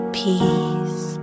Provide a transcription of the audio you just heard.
peace